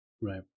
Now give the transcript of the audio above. Right